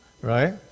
right